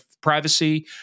privacy